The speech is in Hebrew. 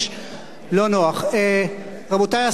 רבותי השרים והשרים לעתיד,